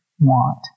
want